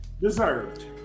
deserved